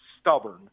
stubborn